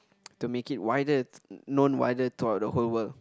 to make it wider known wider throughout the whole world